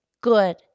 good